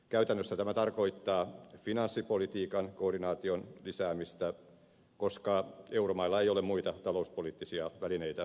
käytännössä tämä tarkoittaa finanssipolitiikan koordinaation lisäämistä koska euromailla ei ole muita talouspoliittisia välineitä käytettävissään